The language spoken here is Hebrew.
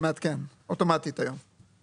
זה מעדכן אוטומטית היום.